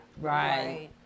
Right